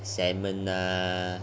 salmon ah